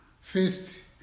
First